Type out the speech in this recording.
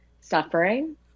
suffering